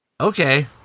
okay